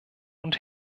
und